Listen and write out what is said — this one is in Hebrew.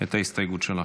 את ההסתייגות שלך.